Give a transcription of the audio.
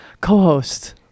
co-host